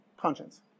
Conscience